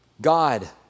God